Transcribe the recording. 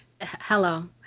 Hello